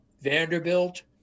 Vanderbilt